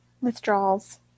Withdrawals